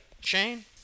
Shane